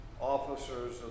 officers